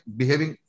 behaving